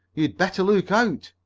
you'd better look out!